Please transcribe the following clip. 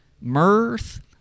mirth